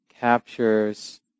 captures